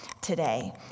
today